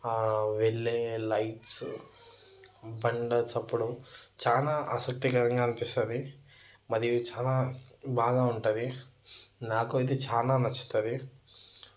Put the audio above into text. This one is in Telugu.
వెళ్ళే లైట్స్ బండ్ల చప్పుడు చానా ఆసక్తికరంగా అనిపిస్తుంది మరియు చాలా బాగా ఉంటుంది నాకు అయితే చాలా నచ్చుతుంది